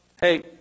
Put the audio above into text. Hey